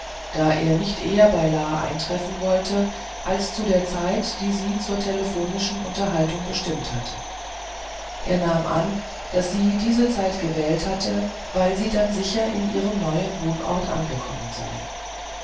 da er nicht eher bei la eintreffen wollte als zu der zeit die sie zur telephonischen unterhaltung bestimmt hatte er nahm an daß sie diese zeit gewählt habe weil sie dann sicher in ihrem neuen wohnort angekommen sei